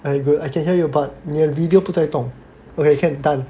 and good I can hear you but 你的 video 不在动 okay can done